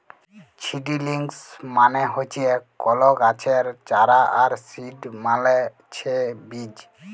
seedlings মানে হচ্যে কল গাছের চারা আর সিড মালে ছে বীজ